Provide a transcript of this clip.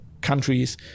countries